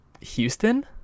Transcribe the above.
houston